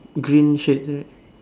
green shirt right